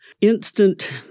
instant